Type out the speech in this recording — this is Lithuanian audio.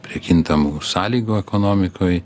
prie kintamų sąlygų ekonomikoj